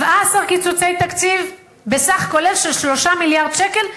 17 קיצוצי תקציב בסך כולל של 3 מיליארד שקל,